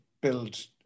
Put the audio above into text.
build